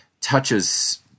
touches